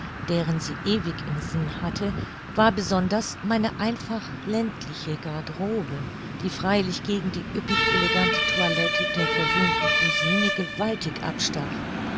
deren sie ewig im sinn hatte war besonders meine einfach ländliche garderobe die freilich gegen die üppig elegante toilette der verwöhnten cousine gewaltig abstach